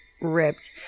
ripped